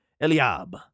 Eliab